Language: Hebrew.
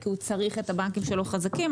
כי הוא צריך את הבנקים שלו חזקים,